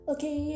Okay